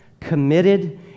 committed